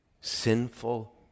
Sinful